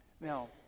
Now